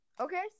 Okay